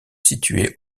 situées